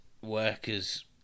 workers